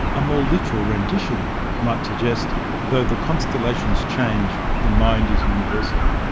a more literal rendition might suggest though the constellations change, the mind is universal'.